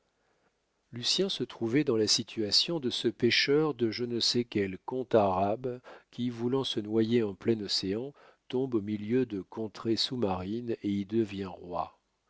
vous-même lucien se trouvait dans la situation de ce pêcheur de je ne sais quel conte arabe qui voulant se noyer en plein océan tombe au milieu de contrées sous-marines et y devient